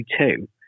two